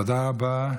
תודה רבה.